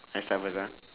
I start first ah